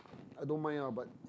I don't mind ah but